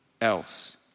else